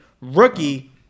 rookie